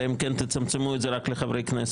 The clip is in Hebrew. אלא אם כן תצמצמו את זה רק לחברי כנסת,